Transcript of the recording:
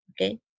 okay